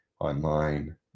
online